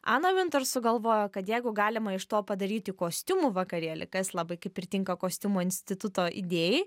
ana vintor sugalvojo kad jeigu galima iš to padaryti kostiumų vakarėlį kas labai kaip ir tinka kostiumų instituto idėjai